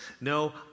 no